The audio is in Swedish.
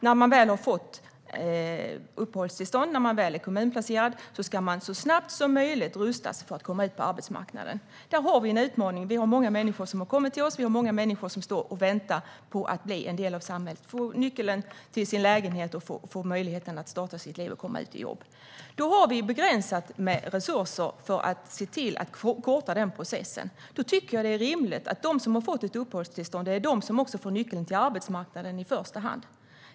När man väl har fått uppehållstillstånd och är kommunplacerad ska man så snabbt som möjligt rustas för att komma ut på arbetsmarknaden. Där har vi en utmaning. Vi har många människor som har kommit till oss, och vi har många människor som står och väntar på att bli en del av samhället. De väntar på att få nyckeln till sin lägenhet och få möjlighet att starta sitt liv och komma ut i jobb. Vi har begränsat med resurser för att se till att korta denna process. Då tycker jag att det är rimligt att de som har fått ett uppehållstillstånd också är de som får nyckeln till arbetsmarknaden i första hand.